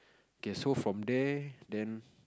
okay so from there then